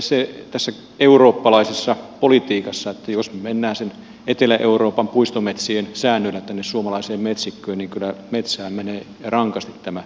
se tässä eurooppalaisessa politiikassa on että jos me menemme etelä euroopan puistometsien säännöillä tänne suomalaiseen metsikköön niin kyllä metsään menee ja rankasti tämä europolitiikka siltä osalta